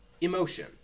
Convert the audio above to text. emotion